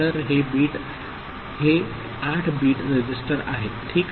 तर हे 8 bit register आहे ठीक